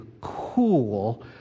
cool